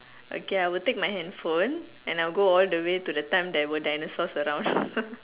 okay I would take my hand phone and I would go all the way to the time there were dinosaurs around